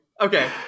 Okay